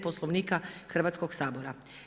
Poslovnika Hrvatskog sabora.